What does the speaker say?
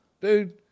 dude